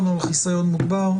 אבל חברות,